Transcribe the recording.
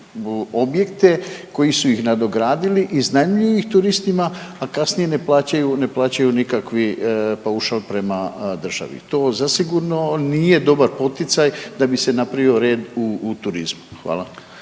objekte, koji su ih nadogradili, iznajmljuju ih turistima, a kasnije ne plaćaju nikakav paušal prema državi. To zasigurno nije dobar poticaj da bi se napravio red u turizmu. Hvala.